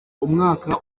umwaka